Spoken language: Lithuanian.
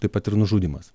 taip pat ir nužudymas